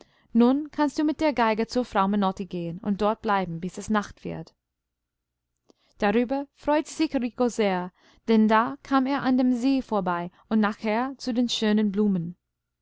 nun kannst du mit der geige zur frau menotti gehen und dort bleiben bis es nacht wird darüber freute sich rico sehr denn da kam er an dem see vorbei und nachher zu den schönen blumen